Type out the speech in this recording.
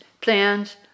plans